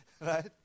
Right